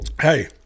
Hey